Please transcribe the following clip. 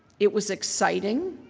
it was exciting,